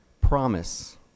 promise